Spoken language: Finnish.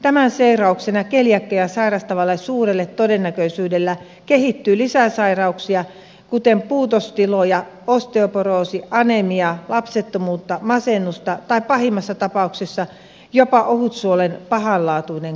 tämän seurauksena keliakiaa sairastavalle suurella todennäköisyydellä kehittyy lisäsairauksia kuten puutostiloja osteoporoosi anemia lapsettomuutta masennusta tai pahimmassa tapauksessa jopa ohutsuolen pahanlaatuinen kasvain